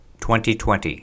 2020